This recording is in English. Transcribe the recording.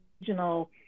regional